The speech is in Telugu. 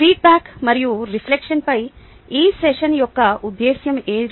ఫీడ్బ్యాక్ మరియు రిఫ్లెక్షన్పై ఈ సెషన్ యొక్క ఉద్దేశ్యం అది